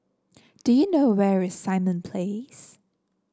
do you know where is Simon Place